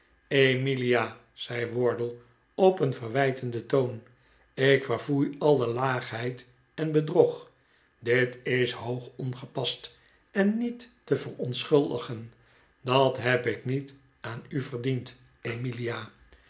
emilia zei wardle op een verwijtenden toon ik verfoei alle laagheid en bedrog dit is hoog ongepast en niet te verontschuldigen dat heb ik niet aan u verdiend emilia